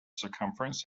circumference